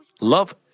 love